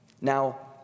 Now